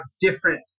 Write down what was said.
different